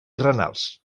renals